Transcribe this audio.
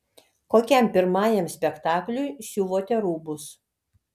kokiam pirmajam spektakliui siuvote rūbus